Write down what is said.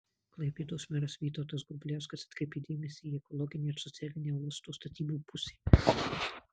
klaipėdos meras vytautas grubliauskas atkreipė dėmesį į ekologinę ir socialinę uosto statybų pusę